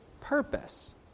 purpose